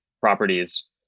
properties